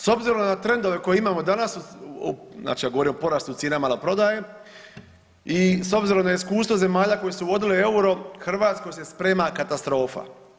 S obzirom na trendove koje imamo danas, znači ja govorim o porastu cijena maloprodaje i s obzirom na iskustvo zemalja koje su uvodile euro, Hrvatskoj se sprema katastrofa.